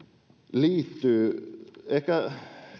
liittyy ehkä